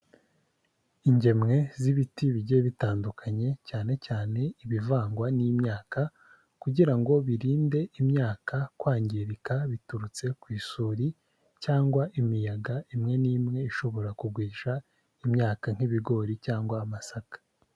Ingemwe z'ibiti bigiye bitandukanye cyane cyane ibivangwa n'imyaka kugira ngo birinde imyaka kwangirika biturutse ku isuri cyangwa imiyaga imwe n'imwe ishobora kugwisha imyaka nk'ibigori cyangwa amasaka.